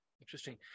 interesting